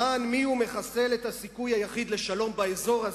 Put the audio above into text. למען מי הוא מחסל את הסיכוי היחיד לשלום באזור הזה,